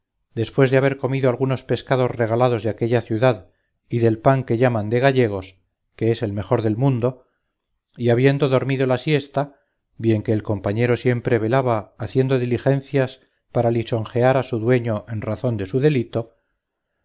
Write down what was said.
después de haber comido algunos pescados regalados de aquella ciudad y del pan que llaman de gallegos que es el mejor del mundo y habiendo dormido la siesta bien que el compañero siempre velaba haciendo diligencias para lisonjear a su dueño en razón de su delito se subieron al dicho terrado como la tarde antes y enseñándole algunos particulares edificios a su compañero de los